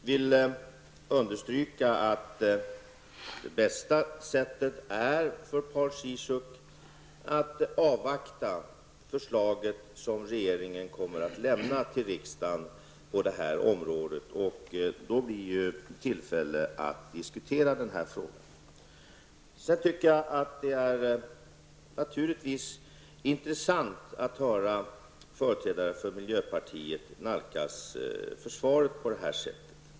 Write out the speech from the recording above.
Herr talman! Jag vill understryka att det bästa sättet, Paul Ciszuk, är att avvakta det förslag som regeringen kommer att lämna riksdagen på det här området. Då blir det ju tillfälle att diskutera denna fråga. Det är naturligtvis intressant att höra företrädare för miljöpartiet nalkas försvaret på det här sättet.